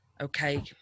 Okay